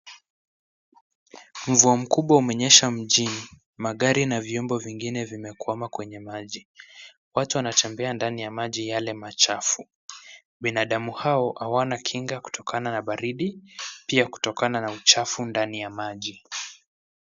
Mvua mkubwa umenyesha mjini, magari na vyombo vingine vimekwama kwenye maji. Watu wanatembea ndani ya maji yale machafu. Binadamu hao hawana kinga kutokana na baridi, pia kutokana na uchafu ndani ya maji.